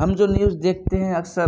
ہم جو نیوز دیکھتے ہیں اکثر